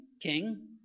king